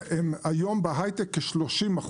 היום אחוז הנשים בהייטק הוא כ-30%,